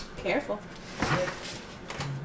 Careful